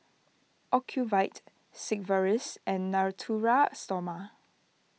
Ocuvite Sigvaris and Natura Stoma